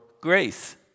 grace